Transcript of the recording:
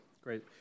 great